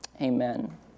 amen